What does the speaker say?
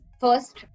first